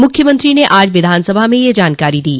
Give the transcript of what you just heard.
मुख्यमंत्रो ने आज विधानसभा में यह जानकारी दी